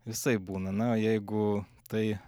visaip būna na o jeigu tai